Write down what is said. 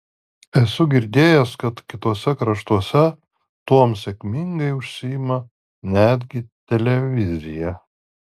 esu girdėjęs kad kituose kraštuose tuom sėkmingai užsiima netgi televizija